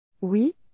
Oui